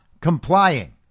complying